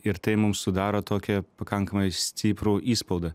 ir tai mums sudaro tokį pakankamai stiprų įspaudą